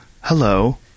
hello